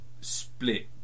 split